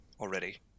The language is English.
already